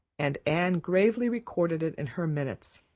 and anne gravely recorded it in her minutes.